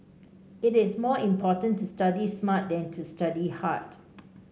it is more important to study smart than to study hard